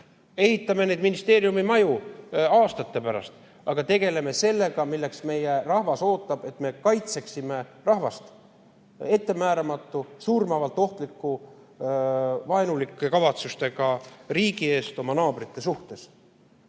Ehitame neid ministeeriumimaju aastate pärast, aga tegeleme praegu sellega, mida meie rahvas ootab: et me kaitseksime rahvast ettemääramatu, surmavalt ohtliku ja vaenulike kavatsustega riigi eest. Ja selles